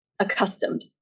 Accustomed